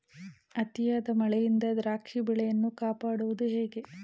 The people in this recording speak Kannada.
ಅತಿಯಾದ ಮಳೆಯಿಂದ ದ್ರಾಕ್ಷಿ ಬೆಳೆಯನ್ನು ಕಾಪಾಡುವುದು ಹೇಗೆ?